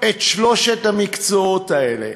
את שלושת המקצועות האלה?